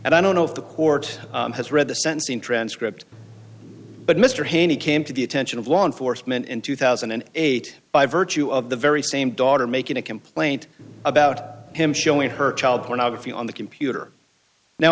and i don't know if the court has read the sentencing transcript but mr haney came to the attention of law enforcement in two thousand and eight by virtue of the very same daughter making a complaint about him showing her child pornography on the computer now